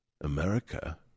America